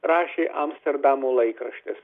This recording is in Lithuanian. rašė amsterdamo laikraštis